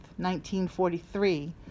1943